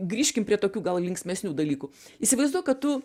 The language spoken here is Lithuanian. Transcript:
grįžkim prie tokių gal linksmesnių dalykų įsivaizduok kad tu